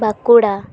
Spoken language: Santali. ᱵᱟᱸᱠᱩᱲᱟ